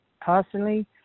personally